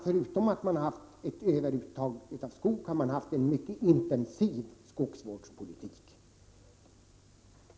Förutom detta har man fört en mycket intensiv skogsvårdspolitik.